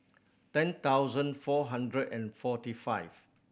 ten thousand four hundred and forty five